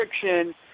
friction